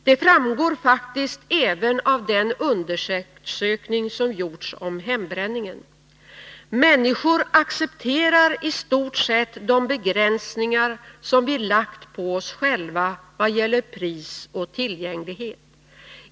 Det framgår faktiskt även av den undersökning som gjorts om hembränningen. Människor accepterar i stort sett de begränsningar som vi lagt på oss själva i vad gäller pris och tillgänglighet.